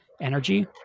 energy